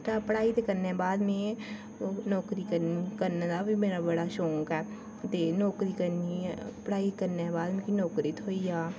पढ़ाई दे कन्नै बाद मिगी नौकरी करने दा बी मिगी बड़ा शौक ऐ ते नौकरी करनी ऐ पढ़ाई करने बा'द मिगी नौकरी थ्होई जा